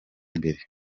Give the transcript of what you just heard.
ibere